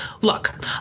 Look